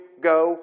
go